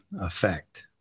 effect